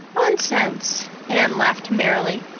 nonsense! anne laughed merrily.